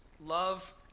love